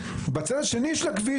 בצד השני של הכביש,